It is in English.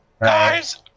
Guys